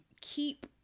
keep